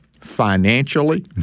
financially